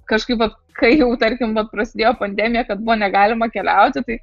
kažkaip vat kai jau tarkim vat prasidėjo pandemija kad buvo negalima keliauti tai